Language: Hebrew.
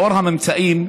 לאור הממצאים,